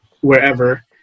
wherever